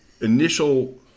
initial